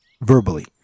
verbally